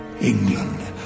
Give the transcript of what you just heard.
England